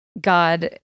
God